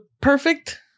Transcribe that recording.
perfect